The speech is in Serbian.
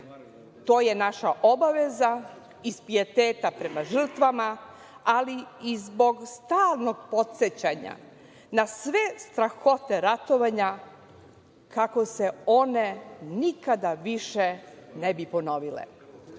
To je naša obaveza iz pijeteta prema žrtvama, ali i zbog stalnog podsećanja na sve strahote ratovanja kako se one nikada više ne bi ponovile. Polazeći